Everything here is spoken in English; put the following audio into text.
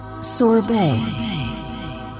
Sorbet